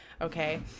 okay